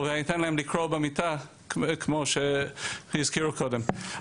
או אני אתן לקרוא בלילה במיטה כמו שהזכירו קודם.